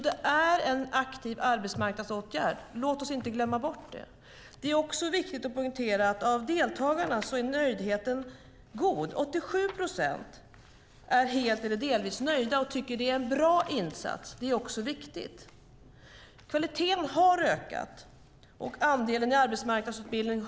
Det är alltså en aktiv arbetsmarknadsåtgärd. Låt oss inte glömma bort det. Det är också viktigt att poängtera att bland deltagarna är nöjdheten god. 87 procent är helt eller delvis nöjda och tycker att det är en bra insats. Även det är viktigt. Kvaliteten har ökat, likaså andelen i arbetsmarknadsutbildning.